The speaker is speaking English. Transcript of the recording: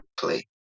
play